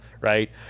right